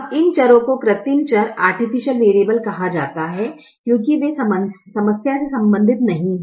अब इन चर को कृत्रिम चर कहा जाता है क्योंकि वे समस्या से संबंधित नहीं हैं